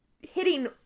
hitting